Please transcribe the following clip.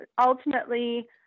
ultimately